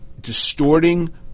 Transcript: distorting